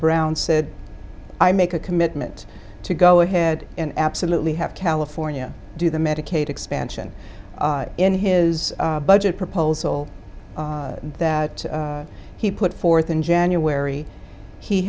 brown said i make a commitment to go ahead and absolutely have california do the medicaid expansion in his budget proposal that he put forth in january he